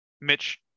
Mitch